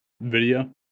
video